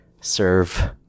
serve